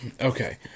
Okay